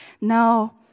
No